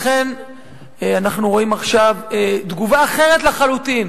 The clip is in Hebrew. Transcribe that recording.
לכן אנחנו רואים עכשיו תגובה אחרת לחלוטין.